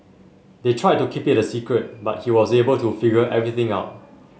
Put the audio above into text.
they tried to keep it a secret but he was able to figure everything out